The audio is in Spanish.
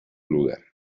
lugar